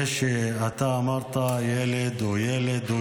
אומרים, ילד הוא ילד, הוא